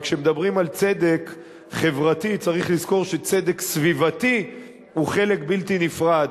כשמדברים על צדק חברתי צריך לזכור שצדק סביבתי הוא חלק בלתי נפרד.